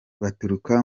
baturuka